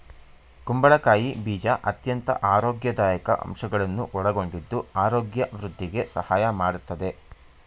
ಕುಂಬಳಕಾಯಿ ಬೀಜ ಅತ್ಯಂತ ಆರೋಗ್ಯದಾಯಕ ಅಂಶಗಳನ್ನು ಒಳಗೊಂಡಿದ್ದು ಆರೋಗ್ಯ ವೃದ್ಧಿಗೆ ಸಹಾಯ ಮಾಡತ್ತದೆ